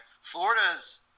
Florida's